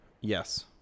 Yes